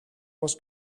was